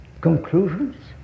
conclusions